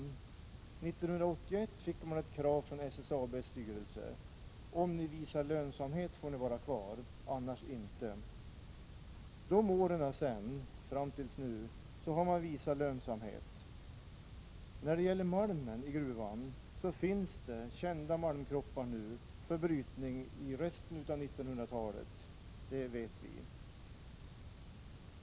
1981 fick man ett krav från SSAB:s styrelse: Om ni visar lönsamhet får ni vara kvar, annars inte. Under de år som sedan gått fram till i dag har man visat lönsamhet. Det finns i gruvan kända malmkroppar för brytning under resten av 1980-talet, det vet vi.